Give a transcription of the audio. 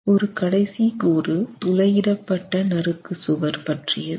ஒரு கடைசி கூறு துளையிடப்பட்ட நறுக்கு சுவர் பற்றியது